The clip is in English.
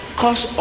cause